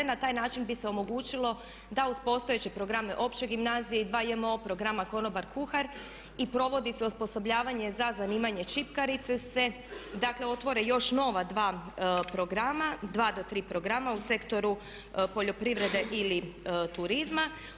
Na taj način bi se omogućilo da uz postojeće programe opće gimnazije i dva JMO programa konobar/kuhar i provodi se osposobljavanje za zanimanje čipkarice se dakle otvore još nova dva programa, dva do tri programa u sektoru poljoprivrede ili turizma.